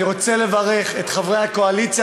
אני רוצה לברך את חברי הקואליציה